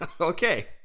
okay